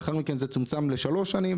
לאחר מכן זה צומצם לשלוש שנים.